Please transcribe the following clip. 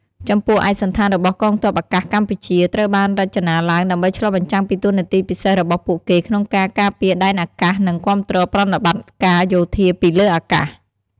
ចំពោះឯកសណ្ឋានរបស់កងទ័ពអាកាសកម្ពុជា ត្រូវបានរចនាឡើងដើម្បីឆ្លុះបញ្ចាំងពីតួនាទីពិសេសរបស់ពួកគេក្នុងការការពារដែនអាកាស និងគាំទ្រប្រតិបត្តិការយោធាពីលើអាកាស។